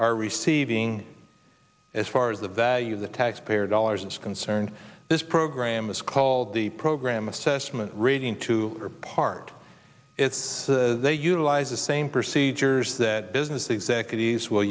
are receiving as far as the value of the taxpayer dollars is concerned this program is called the program assessment reading to her part is they utilize the same procedures that business executives will